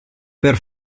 per